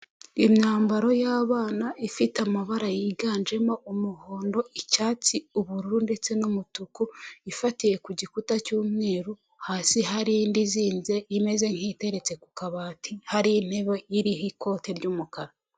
Imyambaro y'abana ifite amabara yiganjemo umuhondo, icyatsi, ubururu ndetse n'umutuku, ifatiye ku gikuta cy'umweru, hasi hari indi izinze, imeze nk'iteretse ku kabati, hari intebe iriho ikoti ry'umukara.